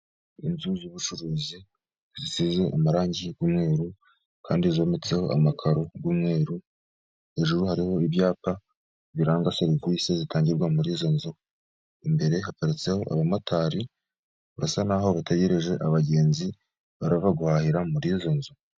Inzu z'ubucuruzi zisize amarangi y'umweru kandi zometseho amakaro y'umweru, hejuru hariho ibyapa biranga serivisi zitangirwa muri izo nzu, imbere haparitseho abamotari basa naho bategereje abagenzi barava guhahira muri izo nzu.